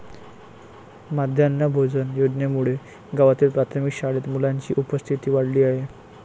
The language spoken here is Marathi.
माध्यान्ह भोजन योजनेमुळे गावातील प्राथमिक शाळेत मुलांची उपस्थिती वाढली आहे